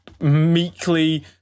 meekly